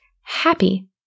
Happy